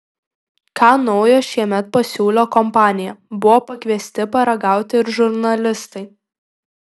ką naujo šiemet pasiūlė kompanija buvo pakviesti paragauti ir žurnalistai